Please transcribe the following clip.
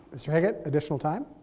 mister haggit, additional time.